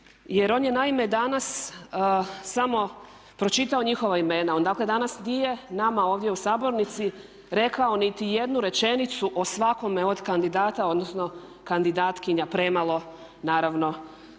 jer on je naime danas samo pročitao njihova imena. On dakle danas nije nama ovdje u sabornici rekao nitijednu rečenicu o svakome od kandidata odnosno kandidatkinja premalo naravno